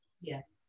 Yes